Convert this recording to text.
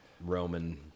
Roman